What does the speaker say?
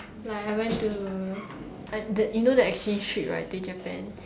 like I went to uh the you know the exchange trip right to Japan